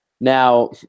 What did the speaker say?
Now